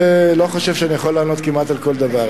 אני לא חושב שאני יוכל לענות כמעט על כל דבר,